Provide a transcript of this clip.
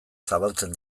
zabaltzen